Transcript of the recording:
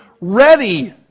ready